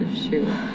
shoe